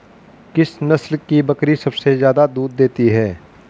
किस नस्ल की बकरी सबसे ज्यादा दूध देती है?